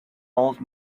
old